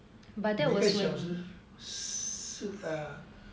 每一个小时时啊